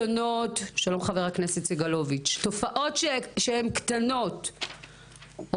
ותופעות שהן קטנות,